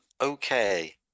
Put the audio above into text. okay